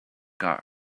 got